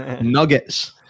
Nuggets